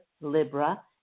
Libra